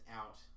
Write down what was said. out